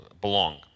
belong